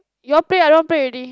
you all play I don't want play already